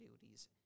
duties